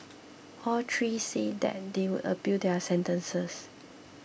all three said they would appeal their sentences